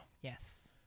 Yes